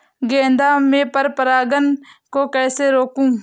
गेंदा में पर परागन को कैसे रोकुं?